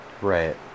right